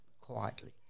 quietly